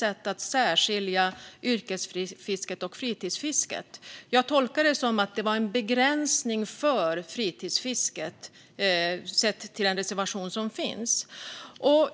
Sett till den reservation som finns tolkade jag det som en begränsning av fritidsfisket.